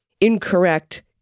incorrect